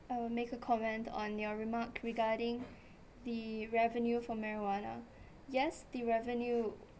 I will make a comment on their remark regarding the revenue for marijuana yes the revenue